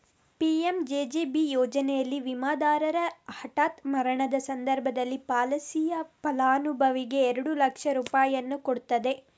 PMJJB ಯೋಜನೆನಲ್ಲಿ ವಿಮಾದಾರರ ಹಠಾತ್ ಮರಣದ ಸಂದರ್ಭದಲ್ಲಿ ಪಾಲಿಸಿಯ ಫಲಾನುಭವಿಗೆ ಎರಡು ಲಕ್ಷ ರೂಪಾಯಿಯನ್ನ ಕೊಡ್ತದೆ